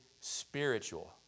spiritual